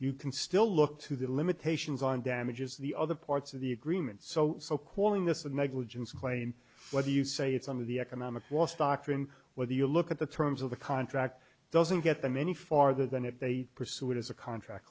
you can still look to the limitations on damages the other parts of the agreement so so quoting this a negligence claim whether you say it's some of the economic loss doctrine whether you look at the terms of the contract doesn't get them any farther than if they pursue it as a contract